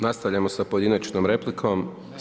Nastavljamo sa pojedinačnom replikom